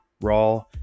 raw